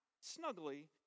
snugly